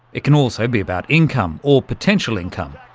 it can also be about income or potential income.